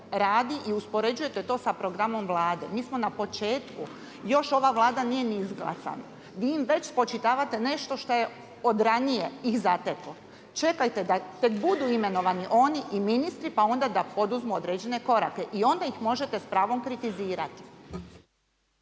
radi i uspoređujete to sada programom Vlade. Mi smo na početku, još ova Vlada nije ni izglasana, vi im već spočitavate nešto što je od ranije ih zateklo. Čekajte da tek budu imenovani oni i ministri pa onda da poduzmu određene korake i onda ih možete s pravom kritizirati.